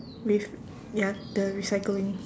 with ya the recycling